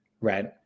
Right